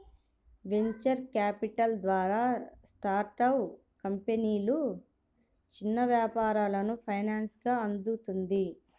venture capital ద్వారా startup కంపెనీలు, చిన్న వ్యాపారాలకు ఫైనాన్సింగ్ అందుతుంది